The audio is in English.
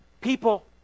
People